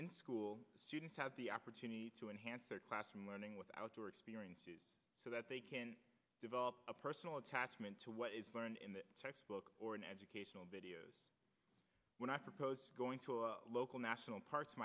in school students have the opportunity to enhance their classroom learning with outdoor experiences so that they can develop a personal attachment to what is learned in the textbook or an educational videos when i propose going to a local national parks